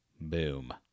boom